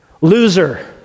Loser